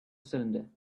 cylinder